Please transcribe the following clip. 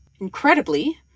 Incredibly